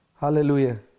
Hallelujah